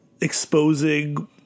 exposing